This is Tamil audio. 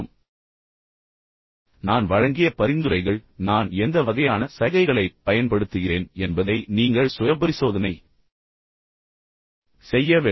இப்போது நான் வழங்கிய பரிந்துரைகள் நான் எந்த வகையான சைகைகளைப் பயன்படுத்துகிறேன் என்பதை நீங்கள் சுயபரிசோதனை செய்ய வேண்டும்